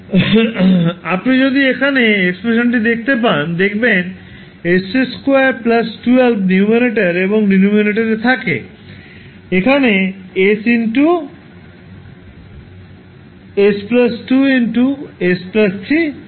সুতরাং আপনি যদি এখানে এক্সপ্রেশানটি দেখতে পান দেখবেন 𝑠2 12 নিউমারেটর এবং ডিনোমিনেটরে থাকে এখানে s s 2 s 3 রয়েছে